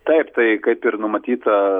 taip tai kaip ir numatyta